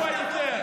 בישיבה.